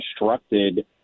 instructed